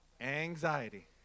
Anxiety